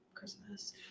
christmas